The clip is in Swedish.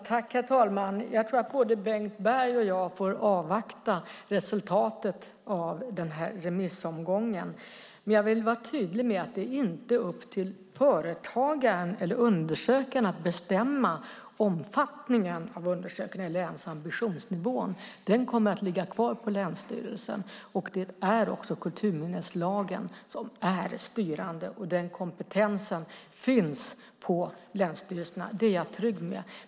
Herr talman! Jag tror att både Bengt Berg och jag får avvakta resultatet av remissomgången. Men jag vill vara tydlig med att det inte är upp till företagaren eller undersökaren att bestämma omfattningen av eller ens ambitionsnivån på undersökningen. Detta kommer att ligga kvar på länsstyrelsen. Det är kulturminneslagen som är styrande. Denna kompetens finns på länsstyrelserna; det är jag trygg med.